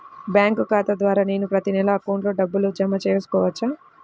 Bank ఖాతా ద్వారా నేను ప్రతి నెల అకౌంట్లో డబ్బులు జమ చేసుకోవచ్చా?